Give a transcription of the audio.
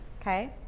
Okay